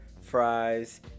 fries